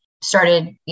started